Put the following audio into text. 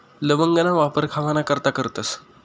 लवंगना वापर खावाना करता करतस